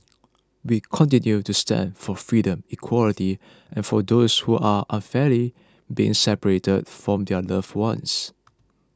we continue to stand for freedom equality and for those who are unfairly being separated from their loved ones